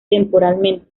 temporalmente